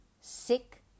sick